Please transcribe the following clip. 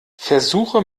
versuche